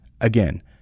Again